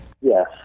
Yes